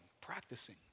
practicing